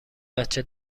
بچه